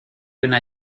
una